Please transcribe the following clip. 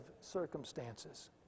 circumstances